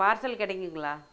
parcel கிடைக்குங்களா